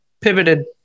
pivoted